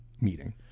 meeting